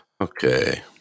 Okay